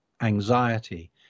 anxiety